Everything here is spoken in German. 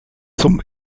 zum